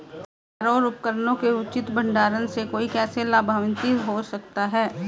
औजारों और उपकरणों के उचित भंडारण से कोई कैसे लाभान्वित हो सकता है?